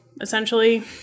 essentially